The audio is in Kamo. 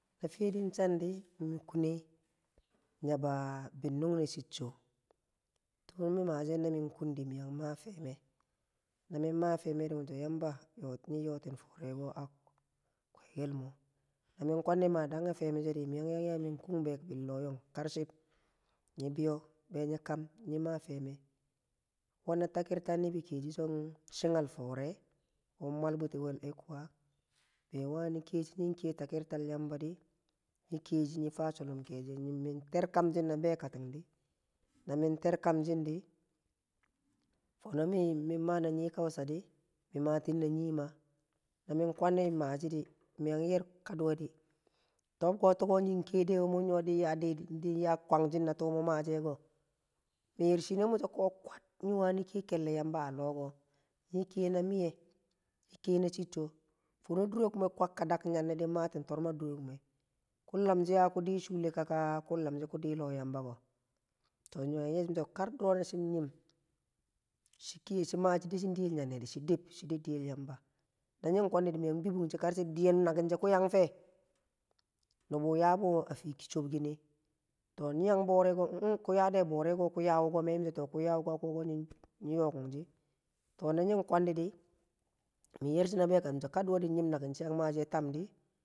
Na fiye din tsandi mi kune nyaba binnunne cicco, tu mi mashi e̱ namin kudin mi ma shin feme na min ma- a feme di, mi- so yamba ko tuu a foore ko a kebalmo na min kwandi ma dan nye feme she di miyang yang ya mi kung bebil log yong kar- chib di biyo be nyi kam nyi ma feme, wena takirta nibi nyal shi chi- ghal fore wung mwa buti wol Ecwa be wani kiye shi na nying kiye, takirtal yamba di nyi kiye, shi nyi fa shullum keedi min ter kamshin na bee kating di na min ter kamjin di fomo na min maa na nyi kausadi mi ma tin na nyi mah na min kwandi ma shi di mi yang yer kaduwe di tob- ko tuko nying kiye do din ya daidai kwangshin na tuu mu maa she ko? mi yer shine miso kwat nyi wani kiye kelle yamba a loo ko nyi kiye na miye nyi kiye na chucho fono dure kume kwakka dak nyanne maatin torum a dure kume ku lam shi ya ku di a chulle ka a ku lamshi ku di a loh yamba ko to, miyang yeshi mi so kar duro shi maa shi deshing di yel nyanne di shi dib di sshi de diyel yamba na nying kwandi mi yang bibungshi kar chib. Diyen naking she ku yang fe? nubu yabu a fi chob kine to, nyi yang bore ko ku ya ade boore ko ku ya wuko nyinh yokunshi to na nying kwandidi, min yer shi na bekatim mi- so ka diwe d nyim nakin wu shiyang maashe tam di?